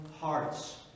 hearts